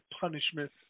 punishment